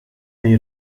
nei